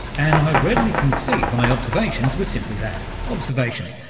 and i readily concede my observations were simply that, observations,